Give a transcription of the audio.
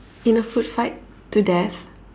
in a food fight to death